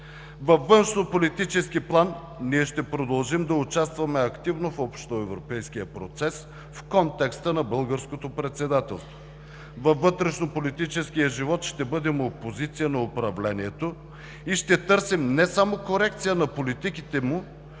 Във външнополитически план ние ще продължим да участваме активно в общоевропейския процес в контекста на Българското председателство, във вътрешнополитическия живот ще бъдем опозиция на управлението и ще търсим не само корекция на политиките му,